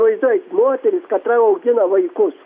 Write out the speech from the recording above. laidoj moteris katra augina vaikus